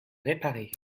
réparée